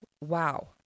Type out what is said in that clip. Wow